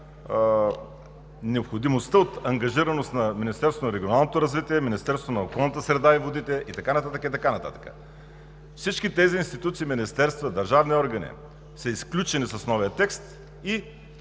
необходимостта от ангажираност на Министерството на регионалното развитие, Министерството на околната среда и водите и така нататък, и така нататък. Всички тези институции, министерства, държавни органи са изключени с новия текст и